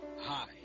Hi